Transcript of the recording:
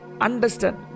understand